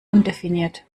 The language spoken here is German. undefiniert